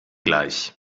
gleich